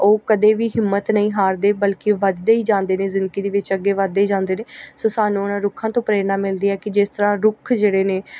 ਉਹ ਕਦੇ ਵੀ ਹਿੰਮਤ ਨਹੀਂ ਹਾਰਦੇ ਬਲਕਿ ਵੱਧਦੇ ਹੀ ਜਾਂਦੇ ਨੇ ਜ਼ਿੰਦਗੀ ਦੇ ਵਿੱਚ ਅੱਗੇ ਵੱਧਦੇ ਹੀ ਜਾਂਦੇ ਨੇ ਸੋ ਸਾਨੂੰ ਉਹਨਾਂ ਰੁੱਖਾਂ ਤੋਂ ਪ੍ਰੇਰਨਾ ਮਿਲਦੀ ਆ ਕਿ ਜਿਸ ਤਰ੍ਹਾਂ ਰੁੱਖ ਜਿਹੜੇ ਨੇ